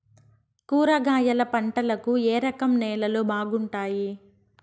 కూరగాయల పంటలకు ఏ రకం నేలలు బాగుంటాయి?